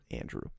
Andrew